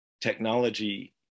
technology